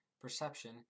perception